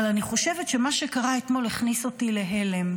אבל אני חושבת שמה שקרה אתמול הכניס אותי להלם,